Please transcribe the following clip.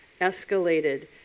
escalated